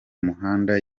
muhanda